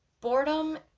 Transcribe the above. boredom